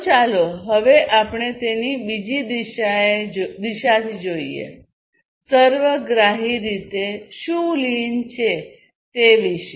તો ચાલો હવે આપણે તેને બીજી દિશાથી જોઈએ સર્વગ્રાહી રીતે શું લીન છે તે વિશે